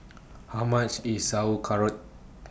How much IS Sauerkraut